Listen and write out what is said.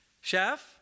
Chef